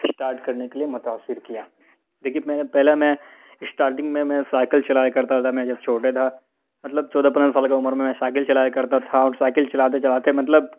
start کرنے کے لیے متأثر کیا دیکھیے میں نے پہلا میں اسٹارٹنگ میں میں سائکل چلایا کرتا تھا میں جب چھوٹا تھا مطلب چودہ پندرہ سال کا عمر میں میں سائکل چلایا کرتا تھا اور سائکل چلاتے چلاتے مطلب کہ